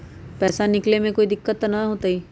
पैसा निकाले में कोई दिक्कत त न होतई?